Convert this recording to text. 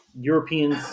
Europeans